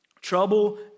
trouble